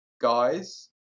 guys